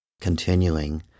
continuing